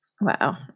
Wow